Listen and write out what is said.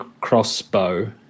crossbow